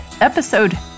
episode